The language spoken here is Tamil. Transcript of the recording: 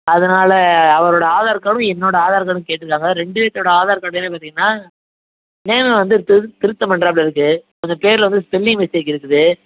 அதனா அவரோடய ஆதார் கார்டும் என்னோடய ஆதார் கார்டும் கேட்டுருக்காங்க ரெண்டு பேற்றோட ஆதார் கார்டிலும் பார்த்தீங்கன்னா நேமை வந்து திருத் திருத்தம் பண்ணுறாப்புல இருக்குது கொஞ்சம் பேயருல வந்து ஸ்பெல்லிங் மிஸ்டேக் இருக்குது